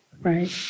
Right